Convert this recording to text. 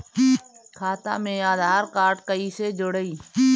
खाता मे आधार कार्ड कईसे जुड़ि?